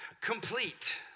complete